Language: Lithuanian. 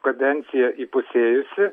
kadencija įpusėjusi